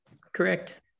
correct